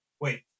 Wait